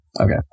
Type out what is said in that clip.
Okay